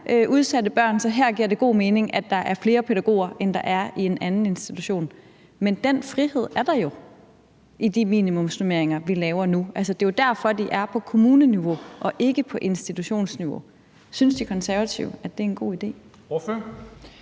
at der går nogle særlig udsatte børn, og at det derfor giver god mening. Men den frihed er der jo i de minimumsnormeringer, vi laver nu. Altså, det er jo derfor, de er på kommuneniveau og ikke på institutionsniveau. Synes De Konservative, at det er en god idé? Kl.